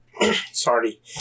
sorry